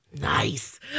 Nice